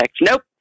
Nope